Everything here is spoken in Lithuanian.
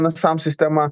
nasams sistema